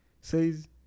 says